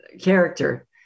character